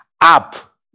up